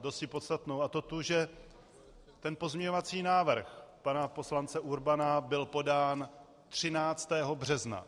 Dosti podstatnou, a to tu, že ten pozměňovací návrh pana poslance Urbana byl podán 13. března.